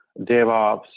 DevOps